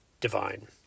divine